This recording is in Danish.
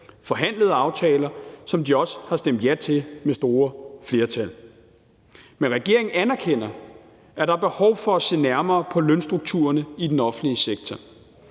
forhandlede aftaler, som de også har stemt ja til med store flertal. Men regeringen anerkender, at der er behov for at se nærmere på lønstrukturerne i den offentlige sektor.